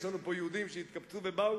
יש לנו פה יהודים שהתקבצו ובאו